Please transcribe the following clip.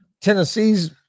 Tennessee's